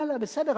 הלאה, בסדר.